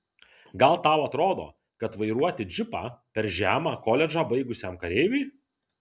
gal tau atrodo kad vairuoti džipą per žema koledžą baigusiam kareiviui